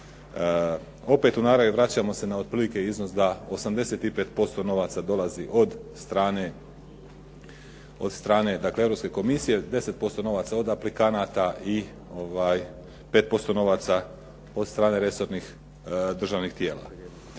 razumije./… i vraćamo se na otprilike iznos da 85% novaca dolazi od strane dakle, Europske komisije, 10% novaca od aplikanata i 5% novaca od strane resornih državnih tijela.